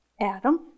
Adam